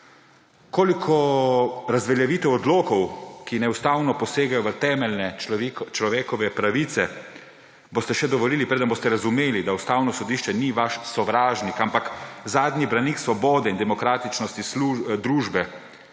Koliko razveljavitev odlokov, ki neustavno posegajo v temeljne človekove pravice, boste še dovolili preden boste razumeli, da Ustavno sodišče ni vaš sovražnik, ampak zadnji branik svobode in demokratičnosti družbe?